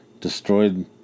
destroyed